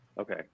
Okay